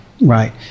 Right